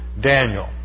Daniel